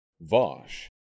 Vosh